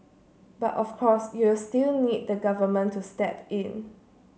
but of course you'll still need the Government to step in